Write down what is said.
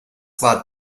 war